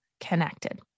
connected